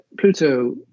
Pluto